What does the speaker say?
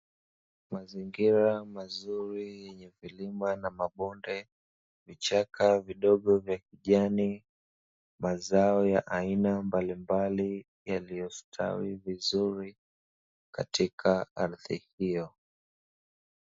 Mazingira mazuri yenye milima na mabonde, vichaka vidogo vya kijani, mazao ya aina mbalimbali yaliyostawi vizuri katika ardhi hiyo.